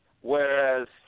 Whereas